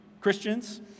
Christians